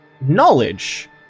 knowledge